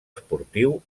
esportiu